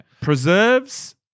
Preserves